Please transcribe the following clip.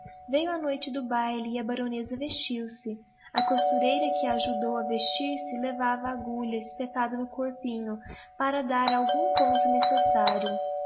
veio a noite do baile e a baroneza vestiu-se a costureira que a ajudou a vestir-se levava a agulha espetada no corpinho para dar algum ponto necessário